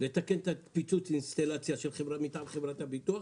לתקן פיצוץ אינסטלציה מטעם חברת הביטוח